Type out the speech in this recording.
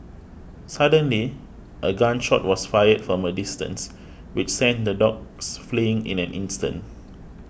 suddenly a gun shot was fired from a distance which sent the dogs fleeing in an instant